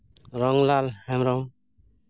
Ramlal Hembrom